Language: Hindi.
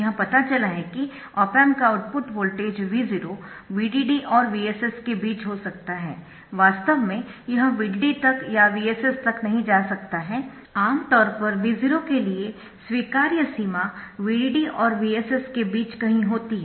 यह पता चला है कि ऑप एम्प का आउटपुट वोल्टेज V0 VDD और VSS के बीच हो सकता है वास्तव में यह VDD तक या VSS तक नहीं जा सकता है आमतौर पर V0 के लिए स्वीकार्य सीमा VDD और VSS के बीच कहीं होती है